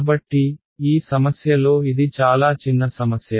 కాబట్టి ఈ సమస్యలో ఇది చాలా చిన్న సమస్య